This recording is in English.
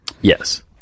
Yes